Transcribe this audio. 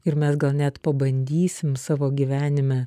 ir mes gal net pabandysim savo gyvenime